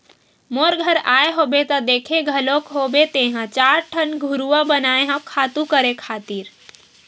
मोर घर आए होबे त देखे घलोक होबे तेंहा चार ठन घुरूवा बनाए हव खातू करे खातिर